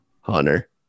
Hunter